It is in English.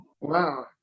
Wow